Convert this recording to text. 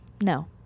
no